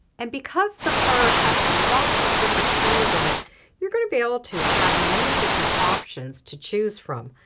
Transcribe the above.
and because the fur has lots of different colors in it you're going to be able to have many different options to choose from.